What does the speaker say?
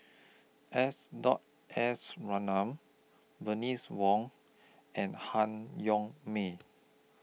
S Dot S Ratnam Bernice Wong and Han Yong May